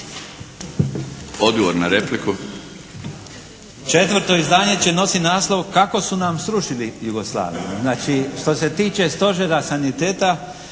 (Nezavisni)** Četvrto izdanje će nositi naslov "Kako su nam srušili Jugoslaviju". Znači što se tiče Stožera saniteta,